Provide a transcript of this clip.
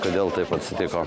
kodėl taip atsitiko